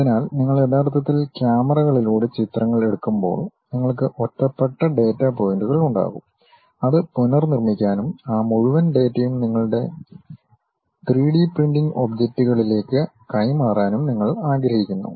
അതിനാൽ നിങ്ങൾ യഥാർത്ഥത്തിൽ ക്യാമറകളിലൂടെ ചിത്രങ്ങൾ എടുക്കുമ്പോൾ നിങ്ങൾക്ക് ഒറ്റപ്പെട്ട ഡാറ്റാ പോയിന്റുകൾ ഉണ്ടാകും അത് പുനർനിർമ്മിക്കാനും ആ മുഴുവൻ ഡാറ്റയും നിങ്ങളുടെ 3ഡി പ്രിന്റിംഗ് ഒബ്ജക്റ്റിലേക്ക് കൈമാറാനും നിങ്ങൾ ആഗ്രഹിക്കുന്നു